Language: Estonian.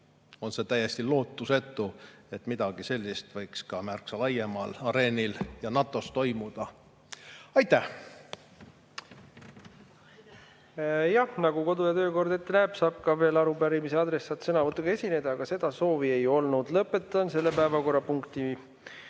on täiesti lootusetu, et midagi sellist võiks ka märksa laiemal areenil ja NATO-s toimuda. Aitäh! Jah, nagu kodu‑ ja töökord näeb ette, saab ka veel arupärimise adressaat sõnavõtuga esineda, aga seda soovi ei ole. Lõpetan selle päevakorrapunkti